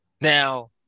Now